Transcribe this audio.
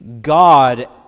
God